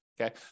Okay